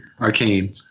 Arcane